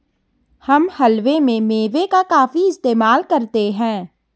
हम हलवे में मेवे का काफी इस्तेमाल करते हैं